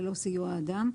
ללא סיוע אדם,